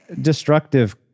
destructive